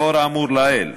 לאור האמור לעיל,